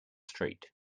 street